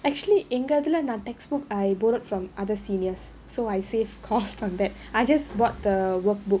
actually எங்க இதுல நான்:enga ithula naan textbook I borrowed from other seniors so I save costs from that I just bought the workbook